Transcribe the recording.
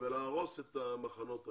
ולהרוס את המחנות האלה.